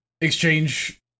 exchange